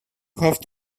have